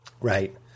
Right